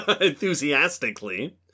Enthusiastically